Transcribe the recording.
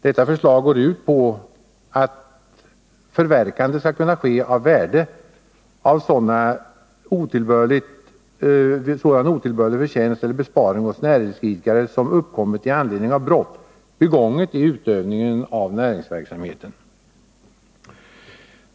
Propositionen går ut på att förverkande skall kunna ske av värde av sådan otillbörlig förtjänst eller besparing hos näringsidkare som uppkommit i anledning av brott begånget i utövningen av näringsverksamheten.